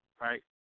right